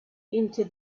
into